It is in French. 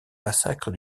massacre